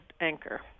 anchor